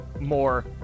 more